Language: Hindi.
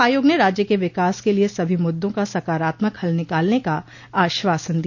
आयोग ने राज्य के विकास के लिये सभी मुद्दों का सकारात्मक हल निकालने का आश्वासन दिया